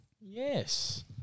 Yes